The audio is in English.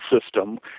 system